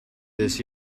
this